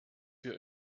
wir